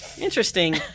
Interesting